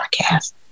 podcast